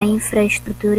infraestrutura